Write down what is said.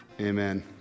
amen